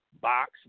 box